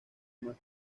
más